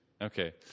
okay